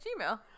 Gmail